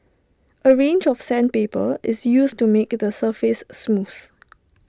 A range of sandpaper is used to make the surface smooth